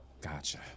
Gotcha